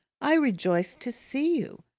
i rejoice to see you!